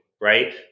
Right